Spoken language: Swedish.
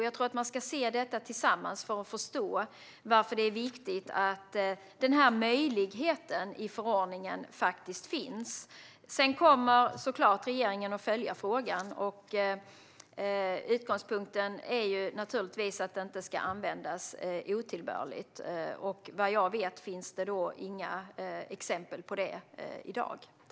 Jag tror att man ska se detta tillsammans för att förstå varför det är viktigt att denna möjlighet i förordningen faktiskt finns. Regeringen kommer att följa frågan. Utgångspunkten är naturligtvis att detta inte ska användas otillbörligt, och vad jag vet finns i dag inga exempel på sådant.